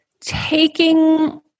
taking